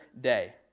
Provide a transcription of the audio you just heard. day